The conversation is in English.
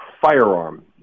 firearm